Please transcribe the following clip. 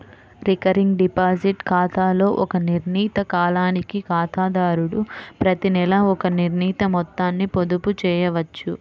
recurring deposit ఖాతాలో ఒక నిర్ణీత కాలానికి ఖాతాదారుడు ప్రతినెలా ఒక నిర్ణీత మొత్తాన్ని పొదుపు చేయవచ్చు